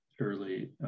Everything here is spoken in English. early